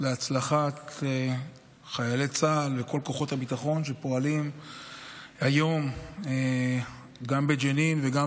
להצלחת חיילי צה"ל וכחות הביטחון שפועלים היום גם בג'נין וגם